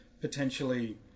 potentially